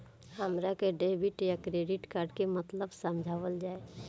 हमरा के डेबिट या क्रेडिट कार्ड के मतलब समझावल जाय?